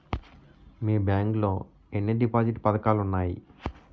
మీ bank లో ఎన్ని deposit పథకాలు ఉన్నాయి?